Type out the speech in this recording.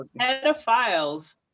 pedophiles